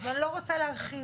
אני לא רוצה להרחיב